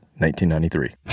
1993